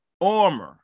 armor